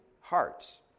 hearts